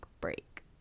break